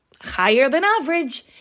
Higher-than-average